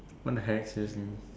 what the heck seriously